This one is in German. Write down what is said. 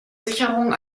sicherung